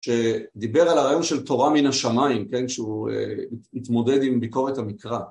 שדיבר על הרעיון של תורה מן השמיים כן שהוא התמודד עם ביקורת המקרא